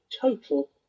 total